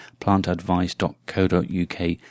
plantadvice.co.uk